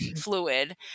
fluid